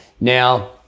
Now